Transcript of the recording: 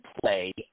play